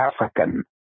African